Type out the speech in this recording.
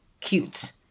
cute